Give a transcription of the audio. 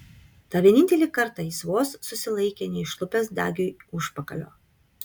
tą vienintelį kartą jis vos susilaikė neišlupęs dagiui užpakalio